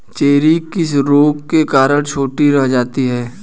Cherry किस रोग के कारण छोटी रह जाती है?